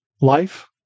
life